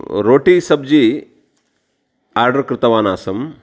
रोटि सब्जि आर्डर् कृतवान् आसम्